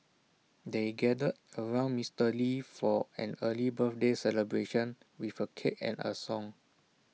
they gathered around Mister lee for an early birthday celebration with A cake and A song